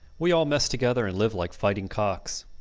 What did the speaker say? we all mess together and live like fighting-cocks.